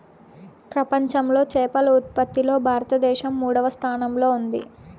ప్రపంచంలో చేపల ఉత్పత్తిలో భారతదేశం మూడవ స్థానంలో ఉంది